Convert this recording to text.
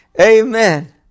Amen